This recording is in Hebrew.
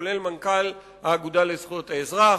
כולל מנכ"ל האגודה לזכויות האזרח.